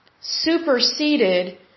superseded